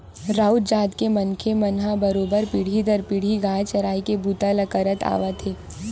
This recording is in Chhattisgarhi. राउत जात के मनखे मन ह बरोबर पीढ़ी दर पीढ़ी गाय चराए के बूता ल करत आवत हे